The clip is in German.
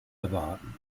erwarten